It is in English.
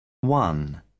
one